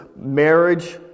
marriage